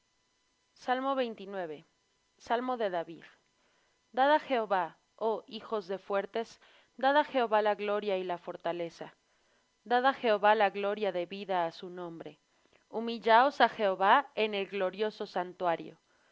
para siempre salmo de david dad á jehová oh hijos de fuertes dad á jehová la gloria y la fortaleza dad á jehová la gloria debida á su nombre humillaos á jehová en el glorioso santuario